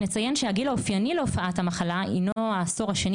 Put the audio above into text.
נציין שהגיל האופייני להופעת המחלה הינו העשור השני